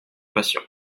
patient